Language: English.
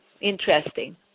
interesting